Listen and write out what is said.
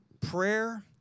prayer